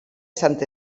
sant